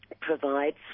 provides